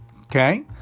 Okay